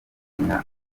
inka